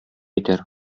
итәр